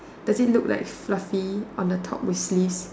does it look like fluffy on the top with sleeves